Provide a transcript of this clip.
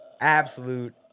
Absolute